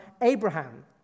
Abraham